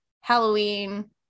Halloween